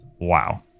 Wow